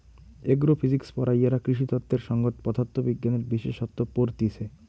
agro physics পড়াইয়ারা কৃষিতত্ত্বের সংগত পদার্থ বিজ্ঞানের বিশেষসত্ত পড়তিছে